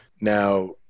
Now